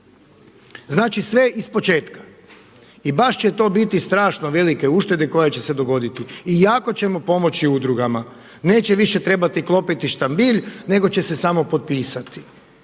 Znači sve ispočetka. I baš će to biti strašno velike uštede koje će se dogoditi i jako ćemo pomoći udrugama. Neće više trebati klopiti štambilj, nego će se samo potpisati.